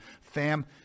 fam